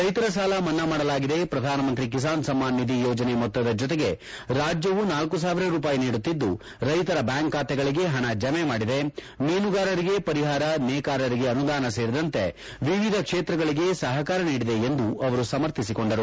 ರೈತರ ಸಾಲ ಮನ್ನಾ ಮಾಡಲಾಗಿದೆ ಪ್ರಧಾನಮಂತ್ರಿ ಕಿಸಾನ್ ಸಮ್ಮಾನ್ ನಿಧಿ ಯೋಜನೆ ಮೊತ್ತದ ಜೊತೆ ರಾಜ್ಯವೂ ನಾಲ್ಕು ಸಾವಿರ ರೂಪಾಯಿ ನೀಡುತ್ತಿದ್ದು ರೈತರ ಬ್ಯಾಂಕ್ ಖಾತೆಗಳಿಗೆ ಪಣ ಜಮೆ ಮಾಡಿದೆ ಮೀನುಗಾರರಿಗೆ ಪರಿಹಾರ ನೇಕಾರರಿಗೆ ಅನುದಾನ ಸೇರಿದಂತೆ ವಿವಿಧ ಕ್ಷೇತ್ರಗಳಿಗೆ ಸಹಕಾರ ನೀಡಿದೆ ಎಂದು ಅವರು ಸಮರ್ಥಿಸಿಕೊಂಡರು